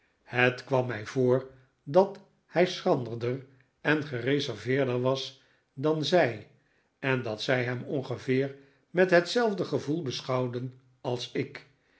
het kwam mij voor dat hij schranderder en gereserveerder was dan zij en dat zij hem ongeveer met hetzelfde gevoel beschouwden als ik